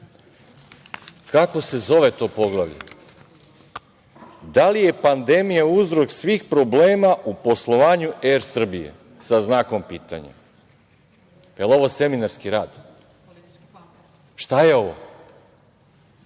Kako se zove to poglavlje - Da li je pandemija uzrok svih problema u poslovanju „Er Srbije“? Da li je ovo seminarski rad? Šta je ovo?